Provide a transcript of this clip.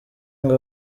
ngo